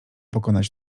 pokonać